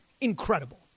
incredible